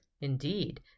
Indeed